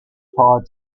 prior